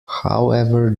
however